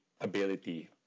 ability